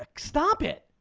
like stop it!